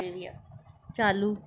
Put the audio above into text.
टेवीह चालू